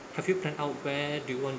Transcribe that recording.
have you planned out where do you want